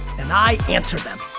and i answer them.